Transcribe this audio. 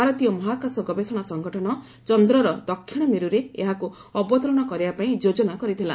ଭାରତୀୟ ମହାକାଶ ଗବେଷଣା ସଂଗଠନ ଚନ୍ଦ୍ର ଦକ୍ଷିଣ ମେରୁରେ ଏହାକୁ ଅବତରଣ କରାଇବା ପାଇଁ ଯୋଜନା କରିଥିଲା